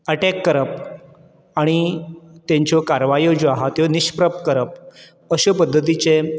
attack करप आनी तेंच्यो कारवायो ज्यो आहा त्यो निश्प्रप करप अशे पद्धतीचे